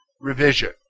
revision